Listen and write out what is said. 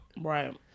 Right